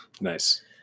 Nice